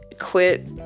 quit